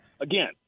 again